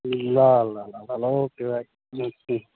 ल ल ल ल ओके बाई